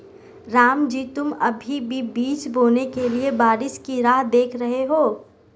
रामजी तुम अभी भी बीज बोने के लिए बारिश की राह देख रहे हो?